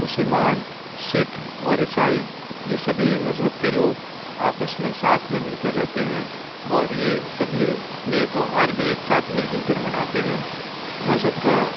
مسلمان سکھ اور عیسائی یہ سبھی مذہب کے لوگ آپس میں ساتھ میں مل کر رہتے ہیں اور یہ سبھی اپنے تیوہار بھی ایک ساتھ مل جل کر مناتے ہیں مذہب کا